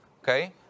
Okay